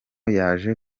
yaje